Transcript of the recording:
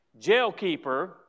jailkeeper